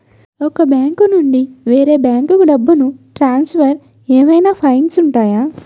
ఒక బ్యాంకు నుండి వేరే బ్యాంకుకు డబ్బును ట్రాన్సఫర్ ఏవైనా ఫైన్స్ ఉంటాయా?